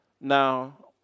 Now